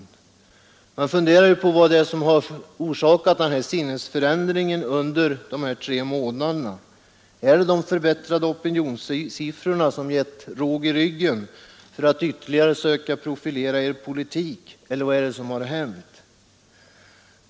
Jag har funderat på vad som kan ha åstadkommit denna sinnesförändring under de här tre månaderna. Är det de förbättrade opinionssiffrorna som gett er råg i ryggen för att ytterligare söka profilera er politik, eller vad är det som har hänt?